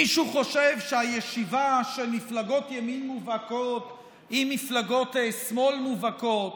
מישהו חושב שהישיבה של מפלגות ימין מובהקות עם מפלגות שמאל מובהקות,